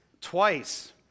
Twice